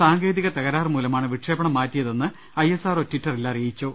സാങ്കേതിക തകരാറുമൂലമാണ് വിക്ഷേപണം മാറ്റിയതെന്ന് ഐ എസ് ആർ ഒ ടിറ്ററിൽ അറിയിച്ചു